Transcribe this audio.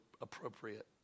appropriate